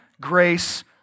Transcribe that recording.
grace